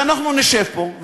ואנחנו נשב פה,